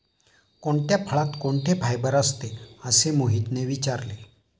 कोणत्या फळात कोणते फायबर असते? असे मोहितने विचारले